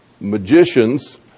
magicians